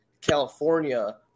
California